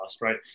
Right